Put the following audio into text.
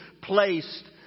Placed